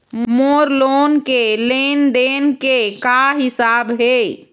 मोर loan के लेन देन के का हिसाब हे?